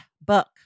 book